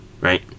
right